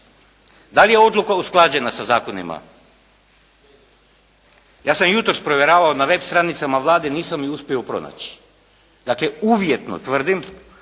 Da li je odluka usklađena sa zakonima. Ja sam jutros provjeravao na web stranicama Vlade. Nisam je uspio pronaći. Dakle, uvjetno tvrdim,